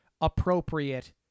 appropriate